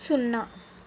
సున్నా